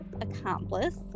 accomplice